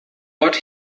ort